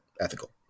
ethical